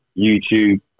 YouTube